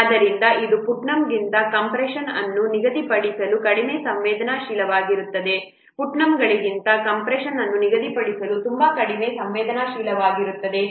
ಆದ್ದರಿಂದ ಇದು ಪುಟ್ನಮ್ಗಿಂತ ಕಂಪ್ರೆಶನ್ ಅನ್ನು ನಿಗದಿಪಡಿಸಲು ಕಡಿಮೆ ಸಂವೇದನಾಶೀಲವಾಗಿರುತ್ತದೆ ಪುಟ್ನಮ್ಗಿಂತ ಕಂಪ್ರೆಶನ್ ಅನ್ನು ನಿಗದಿಪಡಿಸಲು ಇದು ತುಂಬಾ ಕಡಿಮೆ ಸಂವೇದನಾಶೀಲವಾಗಿರುತ್ತದೆ